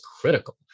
critical